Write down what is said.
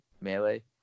melee